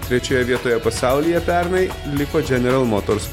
trečioje vietoje pasaulyje pernai liko dženeral motors